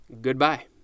Goodbye